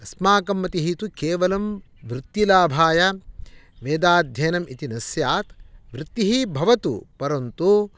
अस्माकं मतिः तु केवलं वृत्तिलाभाय वेदाध्ययनम् इति न स्यात् वृत्तिः भवतु परन्तु